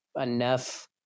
enough